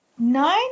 Nine